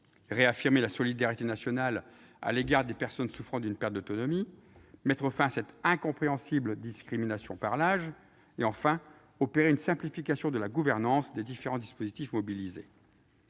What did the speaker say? réaffirmer la solidarité nationale à l'égard des personnes souffrant d'une perte d'autonomie ; mettre fin à cette incompréhensible discrimination par l'âge ; enfin, opérer une simplification de la gouvernance des différents dispositifs mobilisés.